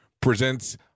presents